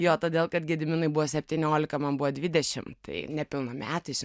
jo todėl kad gediminui buvo septyniolika man buvo dvidešim tai nepilnametis